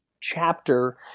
chapter